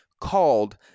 called